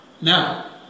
now